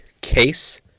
case